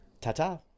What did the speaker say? ta-ta